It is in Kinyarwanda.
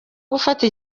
gufata